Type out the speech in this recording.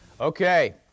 Okay